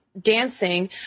dancing